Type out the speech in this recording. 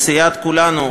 מסיעת כולנו,